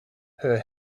her